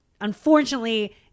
unfortunately